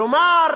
כלומר,